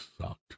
sucked